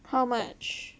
how much